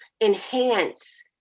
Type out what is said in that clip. enhance